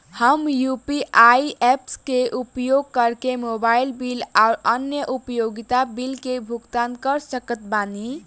हम UPI apps के उपयोग करके मोबाइल बिल आउर अन्य उपयोगिता बिलन के भुगतान कर सकत बानी